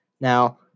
Now